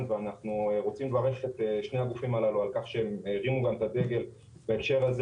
ואנחנו רוצים לברך את שני הגופים הללו על כך שהם הרימו את הדגל בהקשר הזה